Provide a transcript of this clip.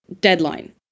deadline